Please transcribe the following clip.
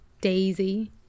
Daisy